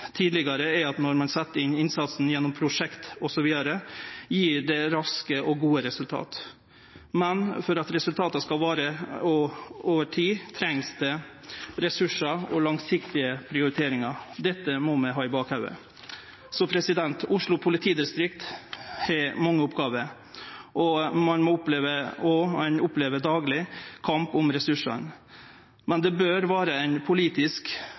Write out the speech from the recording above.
tidlegare, er at når ein set innsatsen inn gjennom prosjekt osv., gjev det raske og gode resultat. Men for at resultata skal vare over tid, trengst det ressursar og langsiktige prioriteringar. Det må vi ha i bakhovudet. Oslo politidistrikt har mange oppgåver, og ein opplever dagleg kamp om ressursane. Men det bør vere ei politisk